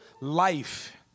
life